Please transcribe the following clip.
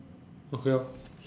okay lor